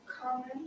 common